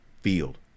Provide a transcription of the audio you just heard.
field